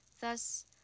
Thus